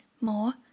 more